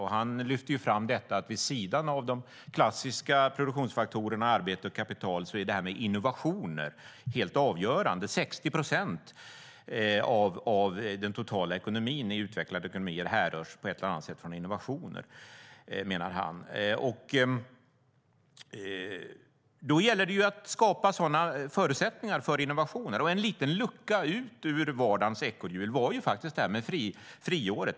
Han lyfte fram att vid sidan av de klassiska produktionsfaktorerna, arbete och kapital, är innovationer helt avgörande. Han menade att 60 procent av den totala ekonomin i utvecklade ekonomier på ett eller annat sätt härrör från innovationer. Då gäller det att skapa förutsättningar för innovationer. Och en liten lucka ut ur vardagens ekorrhjul var faktiskt friåret.